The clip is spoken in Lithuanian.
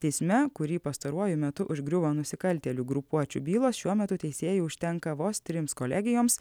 teisme kurį pastaruoju metu užgriuvo nusikaltėlių grupuočių bylos šiuo metu teisėjų užtenka vos trims kolegijoms